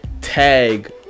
tag